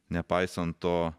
nepaisant to